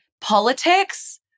politics